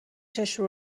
چشم